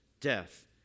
death